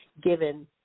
given